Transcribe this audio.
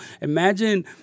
imagine